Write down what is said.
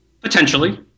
Potentially